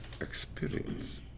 experience